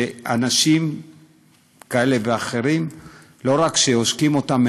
שאנשים כאלה ואחרים לא רק עושקים אותם,